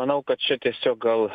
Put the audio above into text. manau kad čia tiesiog gal